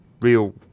real